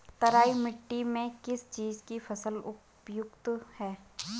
तराई मिट्टी में किस चीज़ की फसल उपयुक्त है?